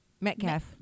Metcalf